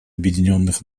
объединенных